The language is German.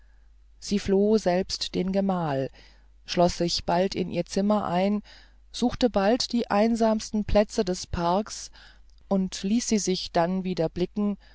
sie floh selbst den gemahl schloß sich bald in ihr zimmer ein suchte bald die einsamsten plätze des parks und ließ sie sich dann wieder blicken